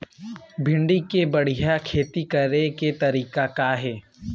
भिंडी के बढ़िया खेती करे के तरीका का हे?